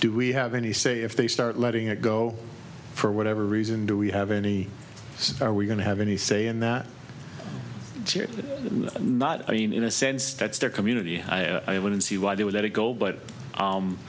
do we have any say if they start letting it go for whatever reason do we have any are we going to have any say in that you're not i mean in a sense that's their community and i wouldn't see why they would let it go but